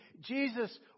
Jesus